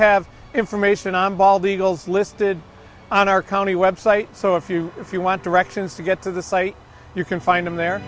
have information on bald eagles listed on our county website so if you if you want directions to get to the site you can find them the